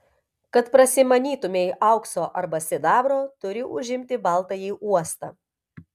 kad prasimanytumei aukso arba sidabro turi užimti baltąjį uostą